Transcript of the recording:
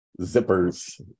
zippers